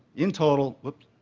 in total, oops,